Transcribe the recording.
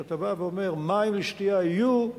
כשאתה בא ואומר "מים לשתייה יהיו",